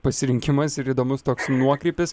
pasirinkimas ir įdomus toks nuokrypis